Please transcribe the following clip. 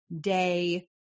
day